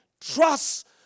trust